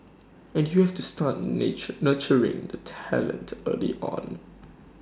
and you have to start nature nurturing the talent early on